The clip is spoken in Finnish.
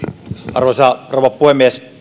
arvoisa rouva puhemies